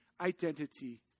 identity